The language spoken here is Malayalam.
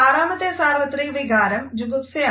ആറാമത്തെ സാർവത്രിക വികാരം ജുഗുപ്സയാണ്